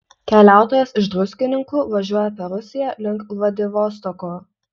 keliautojas iš druskininkų važiuoja per rusiją link vladivostoko